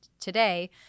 today